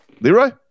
Leroy